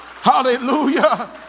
Hallelujah